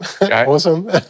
Awesome